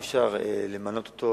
אי-אפשר למנות אותו